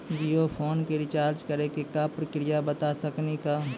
Jio phone के recharge करे के का प्रक्रिया बता साकिनी का?